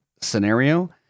scenario